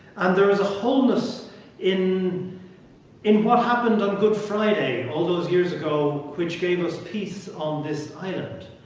and there is a wholeness in in what happened on good friday all those years ago which gave us peace on this island.